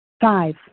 Five